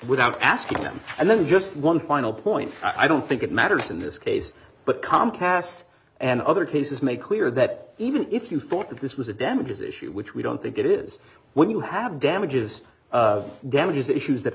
without asking them and then just one final point i don't think it matters in this case but comcast and other cases make clear that even if you thought that this was a damages issue which we don't think it is when you have damages damages issues that